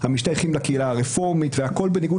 המשתייכים לקהילה הרפורמית והכול בניגוד